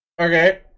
Okay